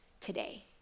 today